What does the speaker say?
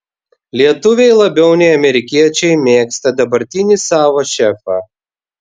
lietuviai labiau nei amerikiečiai mėgsta dabartinį savo šefą